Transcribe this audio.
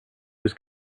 was